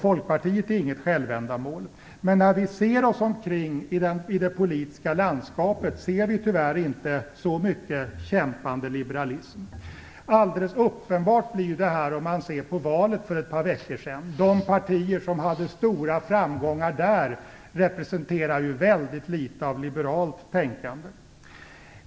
Folkpartiet är inget självändamål. Men när vi ser oss omkring i det politiska landskapet ser vi tyvärr inte så mycket kämpande liberalism. Detta blir alldeles uppenbart om man ser på det val som ägde rum för ett par veckor sedan. De partier som där hade hade stora framgångar representerar mycket litet av liberalt tänkande.